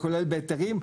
זה כולל בהיתרים,